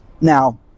now